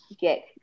get